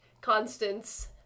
constants